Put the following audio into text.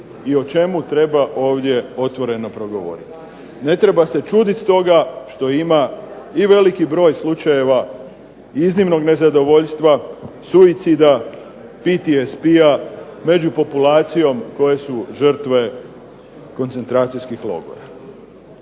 i o čemu treba ovdje otvoreno progovoriti. Ne treba se čuditi stoga što ima i veliki broj slučajeva iznimnog nezadovoljstva, suicida, PTSP-a među populacijom koje su žrtve koncentracijskih logora.